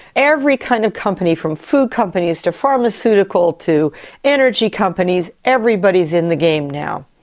every kind of company, from food companies to pharmaceutical to energy companies, everybody is in the game now.